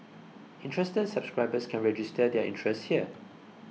interested subscribers can register their interest here